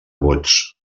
vots